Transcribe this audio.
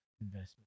investment